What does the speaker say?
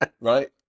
right